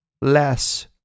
less